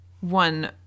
one